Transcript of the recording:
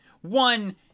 One